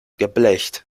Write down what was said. geblecht